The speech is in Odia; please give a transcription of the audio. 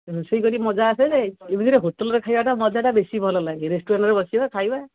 ରୋଷେଇ କରିକି ମଜା ଆସେ ଯେ ହୋଟଲରେ ଖାଇବାଟା ମଜାଟା ବେଶି ଭଲ ଲାଗେ ରେଷ୍ଟୁରାଣ୍ଟରେ ବସିବା ଖାଇବା